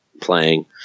playing